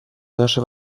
наши